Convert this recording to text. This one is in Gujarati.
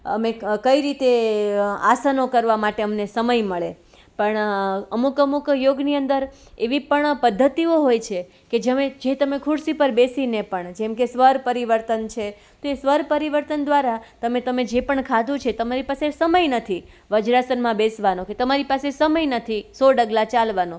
અમે કઈ રીતે આસનો કરવા માટે અમને સમય મળે પણ અમુક અમુક યોગની અંદર એવી પણ પદ્ધતિઓ હોય છે કે જે તમે ખુરશી પર બેસીને પણ જેમ કે સ્વર પરિવર્તન છે તે સ્વર પરિવર્તન દ્વારા તમે તમે જે પણ ખાધું છે તમારી પાસે સમય નથી વજ્રાસનમાં બેસવાનો તમારી પાસે સમય નથી સો ડગલાં ચાલવાનો